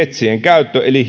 metsien käyttö eli